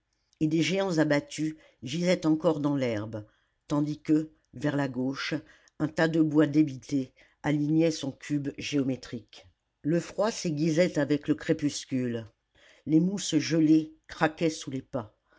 et des géants abattus gisaient encore dans l'herbe tandis que vers la gauche un tas de bois débité alignait son cube géométrique le froid s'aiguisait avec le crépuscule les mousses gelées craquaient sous les pas